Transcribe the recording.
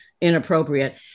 inappropriate